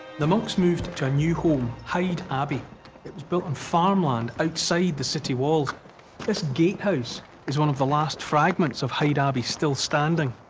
the monks moved to a new home hyde abbey it was built on farmland outside the city walls. and this gatehouse is one of the last fragments of hyde abbey still standing.